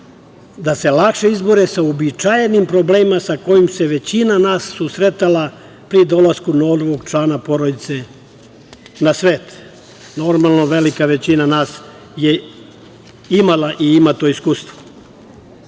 da se lakše izbore sa uobičajenim problemima sa kojim se većina nas susretala pri dolasku novog člana porodice na svet. Normalno, velika većina nas je imala i ima to iskustvo. Ne